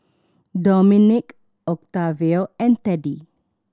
Dominique Octavio and Teddy